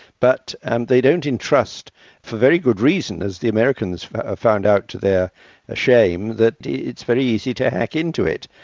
but and they don't entrust for very good reason as the americans found out to their shame that it's very easy to hack into it.